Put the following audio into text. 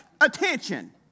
attention